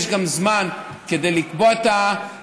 יש גם זמן כדי לקבוע את הבורר,